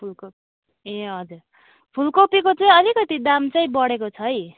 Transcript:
फुलकोपी ए हजुर फुलकोपीको चाहिँ अलिकती दाम चाहिँ बढेको छ है